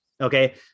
Okay